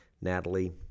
Natalie